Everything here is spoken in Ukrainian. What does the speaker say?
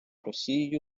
росією